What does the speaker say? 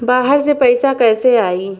बाहर से पैसा कैसे आई?